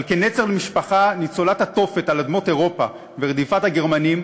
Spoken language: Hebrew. אבל כנצר למשפחה ניצולת התופת על אדמות אירופה ורדיפת הגרמנים,